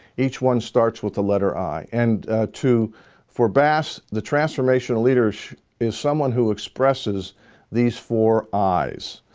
each one starts with the letter i and two for bass the transformational leader is someone who expresses these four i's.